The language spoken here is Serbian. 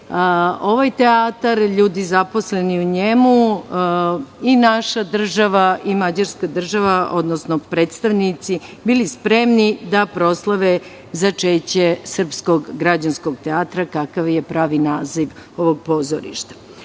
ovaj teatar, ljudi zaposleni u njemu i naša država i Mađarska država, odnosno predstavnici, bili spremni da proslave začeće Srpskog građanskog teatra kakav je pravi naziv ovog pozorišta. Ove